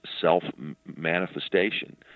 self-manifestation